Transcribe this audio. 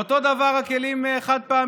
ואותו דבר עם הכלים החד-פעמיים,